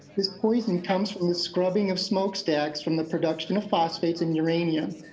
this poison comes from the scrubbing of smoke stacks from the production of phosphates in uranium.